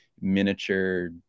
miniature